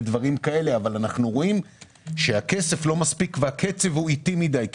אבל אנחנו רואים שהכסף לא מספיק והקצב אטי מדי,